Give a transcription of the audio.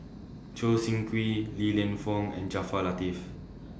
Choo Seng Quee Li Lienfung and Jaafar Latiff